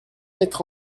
mettre